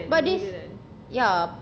but this ya